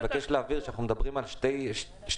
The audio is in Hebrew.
אני מבקש להבהיר שאנחנו מדברים על שתי תופעות.